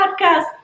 podcast